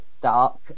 dark